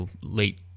late